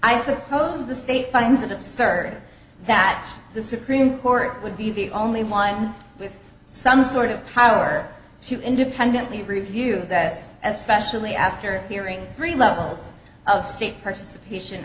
i suppose the state finds it absurd that the supreme court would be the only one with some sort of power independently review that especially after hearing three levels of state participation